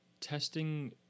testing